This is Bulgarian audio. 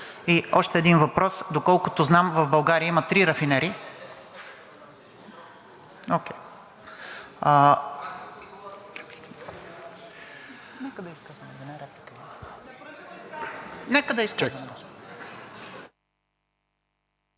И още един въпрос: доколкото знам, в България има три